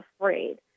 afraid